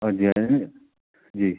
ਹਾਂਜੀ ਜੀ